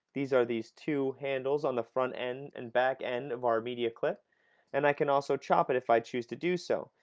these are the two handles on the front end and back end of our media clip and i can also chop it if i choose to do so.